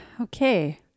Okay